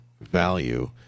value